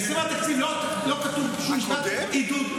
בספר התקציב לא כתוב שום פרט עידוד.